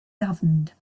governed